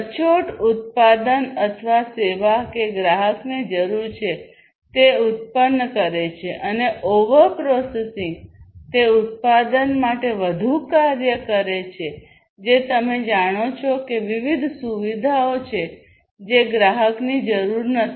સચોટ ઉત્પાદન અથવા સેવા કે ગ્રાહકને જરૂર છે તે ઉત્પન્ન કરે છે અને ઓવર પ્રોસેસિંગ તે ઉત્પાદન માટે વધુ કાર્ય કરે છે જે તમે જાણો છો કે વિવિધ સુવિધાઓ છે જે ગ્રાહકની જરૂર નથી